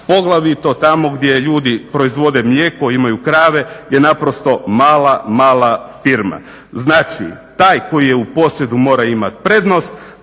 poglavito tamo gdje ljudi proizvode mlijeko, imaju krave je naprosto mala, mala firma. Znači, taj koji je u posjedu mora imat prednost,